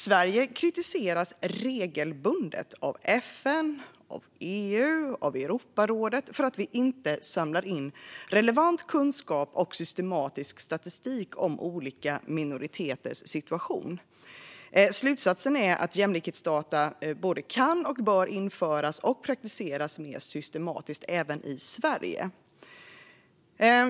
Sverige kritiseras regelbundet av FN, EU och Europarådet för att inte samla in relevant kunskap och systematisk statistik om olika minoriteters situation. Slutsatsen är att jämlikhetsdata både kan och bör införas och praktiseras mer systematiskt även i Sverige.